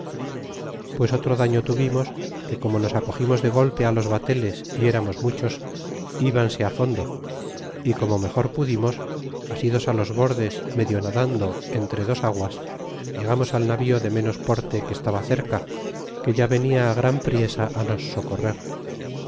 pues otro daño tuvimos que como nos acogimos de golpe los bateles y eramos muchos ibanse fondo y como mejor pudimos asidos los bordes medio nadando entre dos aguas llegamos al navío de menos porte que estaba cerca que ya venia gran priesa salvo y guando estabamos en esta batalla y los socorrer